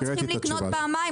לא צריכים לקנות פעמיים,